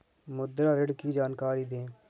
मुद्रा ऋण की जानकारी दें?